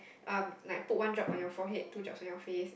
um like put one drop on your forehead two drops on your face